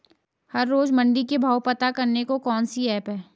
हर रोज़ मंडी के भाव पता करने को कौन सी ऐप है?